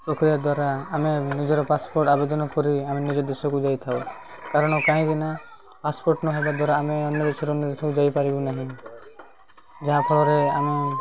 ପ୍ରକ୍ରିୟା ଦ୍ୱାରା ଆମେ ନିଜର ପାସପୋର୍ଟ ଆବେଦନ କରି ଆମେ ନିଜ ଦେଶକୁ ଯାଇଥାଉ କାରଣ କାହିଁକିନା ପାସପୋର୍ଟ ନହେବା ଦ୍ୱାରା ଆମେ ଅନ୍ୟ ଦେଶରୁ ନିଜ ଦେଶକୁ ଯାଇପାରିବୁ ନାହିଁ ଯାହାଫଳରେ ଆମେ